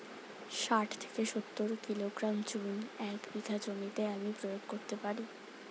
শাঠ থেকে সত্তর কিলোগ্রাম চুন এক বিঘা জমিতে আমি প্রয়োগ করতে পারি?